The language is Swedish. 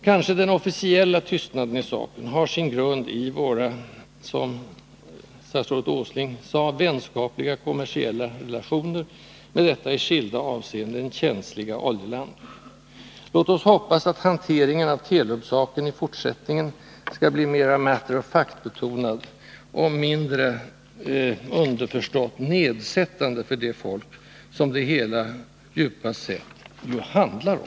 Kanske den officiella tystnaden i saken har sin grund i våra, som statsrådet Åsling sade, ”vänskapliga kommersiella relationer” med detta i skilda avseenden känsliga oljeland. Låt oss hoppas att hanteringen av Telub-saken i fortsättningen skall bli mera matter-of-fact-betonad och mindre — underförstått — nedsättande för det folk som det hela djupast sett handlar om.